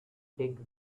dig